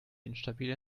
instabiler